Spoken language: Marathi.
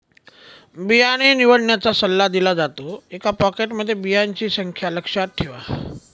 बियाणे निवडण्याचा सल्ला दिला जातो, एका पॅकेटमध्ये बियांची संख्या लक्षात ठेवा